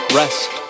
rest